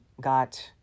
got